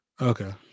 Okay